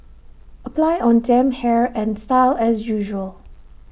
apply on damp hair and style as usual